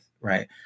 right